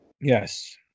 Yes